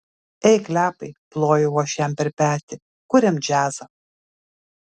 ei klepai plojau aš jam per petį kuriam džiazą